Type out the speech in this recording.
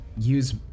use